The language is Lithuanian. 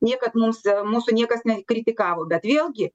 niekad mums mūsų niekas nekritikavo bet vėlgi